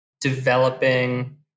developing